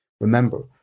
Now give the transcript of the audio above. Remember